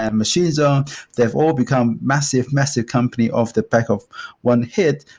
and machine zone, they've all become massive, massive company off the back of one hit,